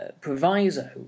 proviso